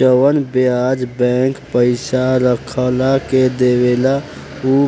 जवन ब्याज बैंक पइसा रखला के देवेला उ